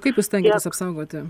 jaip jūs stengiantės apsaugoti